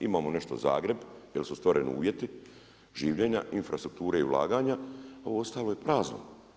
Imamo nešto Zagreb, jer su stvoreni uvjeti življenja, infrastrukture i ulaganja a ovo ostalo je prazno.